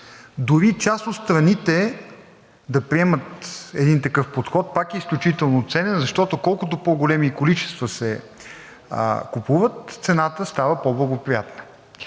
Дори част от страните да приемат един такъв подход, пак е изключително ценен, защото колкото по-големи количества се купуват, цената става по благоприятна.